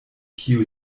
kiu